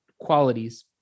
qualities